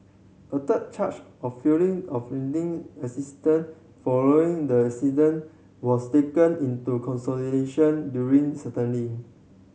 a third charge of failing off rendering assistance following the accident was taken into consolidation during